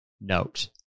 note